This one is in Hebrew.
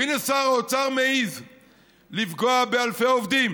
הינה, שר האוצר מעז לפגוע באלפי עובדים